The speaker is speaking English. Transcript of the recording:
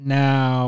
now